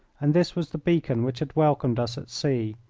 and this was the beacon which had welcomed us at sea,